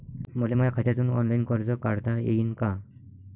मले माया खात्यातून ऑनलाईन कर्ज काढता येईन का?